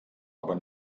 aber